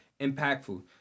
impactful